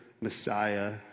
Messiah